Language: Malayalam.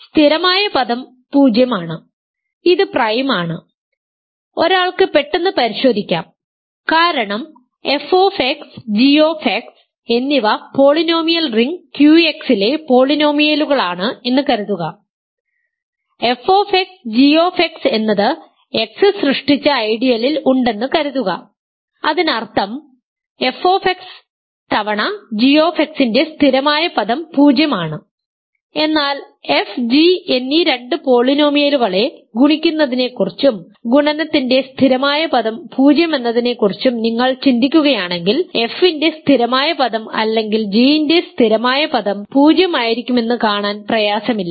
അതിനാൽ സ്ഥിരമായ പദം 0 ആണ് ഇത് പ്രൈം ആണ് ഒരാൾക്ക് പെട്ടെന്ന് പരിശോധിക്കാം കാരണം f g എന്നിവ പോളിനോമിയൽ റിംഗ് QX ലെ പോളിനോമിയലുകളാണ് എന്ന് കരുതുക f g എന്നത് X സൃഷ്ടിച്ച ഐഡിയലിൽ ഉണ്ടെന്ന് കരുതുക അതിനർത്ഥം f തവണ g ന്റെ സ്ഥിരമായ പദം 0 ആണ് എന്നാൽ f g എന്നീ രണ്ട് പോളിനോമിയലുകളെ ഗുണിക്കുന്നതിനെക്കുറിച്ചും ഗുണനത്തിൻറെ സ്ഥിരമായ പദം 0 എന്നതിനെക്കുറിച്ചും നിങ്ങൾ ചിന്തിക്കുകയാണെങ്കിൽ f ന്റെ സ്ഥിരമായ പദം അല്ലെങ്കിൽ g ന്റെ സ്ഥിരമായ പദം 0 ആയിരിക്കുമെന്ന് കാണാൻ പ്രയാസമില്ല